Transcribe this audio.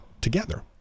together